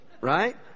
Right